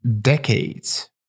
decades